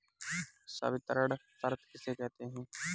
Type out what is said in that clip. संवितरण शर्त किसे कहते हैं?